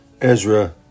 Ezra